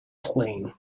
plane